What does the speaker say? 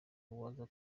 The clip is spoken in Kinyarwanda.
uwaza